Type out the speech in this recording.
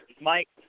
Mike